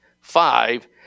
five